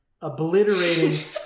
obliterating